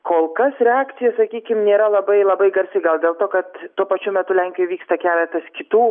kol kas reakcija sakykim nėra labai labai garsi gal dėl to kad tuo pačiu metu lenkijoj vyksta keletas kitų